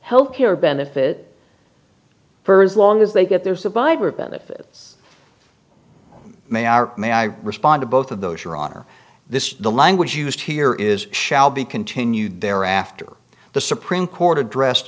health care benefit for as long as they get their survivor benefits may are may i respond to both of those your honor this is the language used here is shall be continued there after the supreme court addressed